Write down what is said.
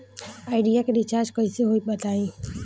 Idea के recharge कइसे होई बताईं?